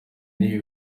n’ibi